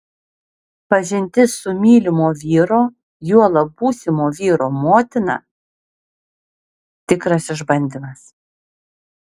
pažintis su mylimo vyro juolab būsimo vyro motina tikras išbandymas